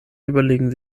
überlegen